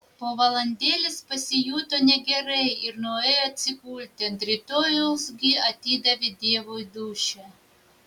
po valandėlės pasijuto negerai ir nuėjo atsigulti ant rytojaus gi atidavė dievui dūšią